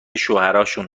شوهراشون